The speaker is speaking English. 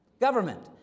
Government